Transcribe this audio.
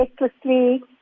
recklessly